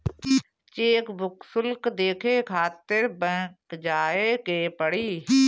chequebook शुल्क देखे खातिर बैंक जाए के पड़ी